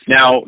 Now